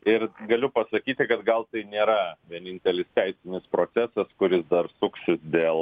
ir galiu pasakyti kad gal tai nėra vienintelis teisinis procesas kuris dar suksis dėl